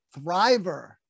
thriver